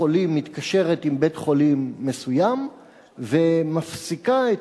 שקופת-חולים מתקשרת עם בית-חולים מסוים ומפסיקה את